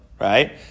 right